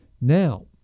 Now